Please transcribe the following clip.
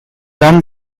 run